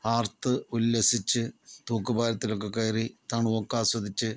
ആർത്ത് ഉല്ലസിച്ച് തൂക്ക് പാലത്തിലൊക്കെ കയറി തണുപ്പൊക്കെ ആസ്വദിച്ച്